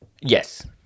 Yes